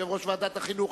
יושב-ראש ועדת החינוך,